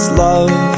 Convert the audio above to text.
love